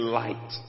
light